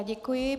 Děkuji.